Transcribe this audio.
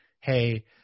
hey